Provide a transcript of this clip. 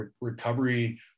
recovery